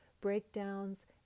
breakdowns